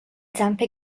zampe